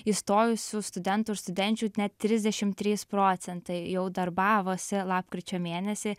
įstojusių studentų ir studenčių net trisdešim trys procentai jau darbavosi lapkričio mėnesį